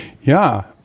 Ja